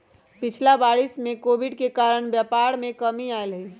पिछिला वरिस में कोविड के कारणे व्यापार में कमी आयल हइ